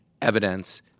evidence